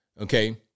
okay